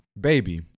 Baby